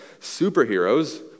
superheroes